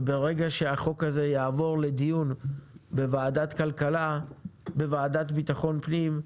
וברגע שהחוק הזה יעבור לדיון בוועדת ביטחון פנים,